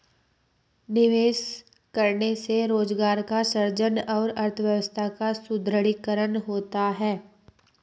निवेश करने से रोजगार का सृजन और अर्थव्यवस्था का सुदृढ़ीकरण होता है